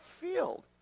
field